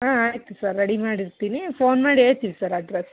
ಹಾಂ ಆಯಿತು sir ready ಮಾಡಿರ್ತೀನಿ ಫೋನ್ ಮಾಡಿ ಹೇಳ್ತೀವಿ ಸರ್ ಅಡ್ರೆಸ್